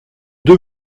deux